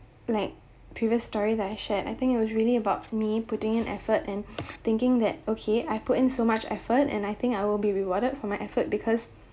like previous story that I share I think it was really about me putting in effort and thinking that okay I put in so much effort and I think I will be rewarded for my effort because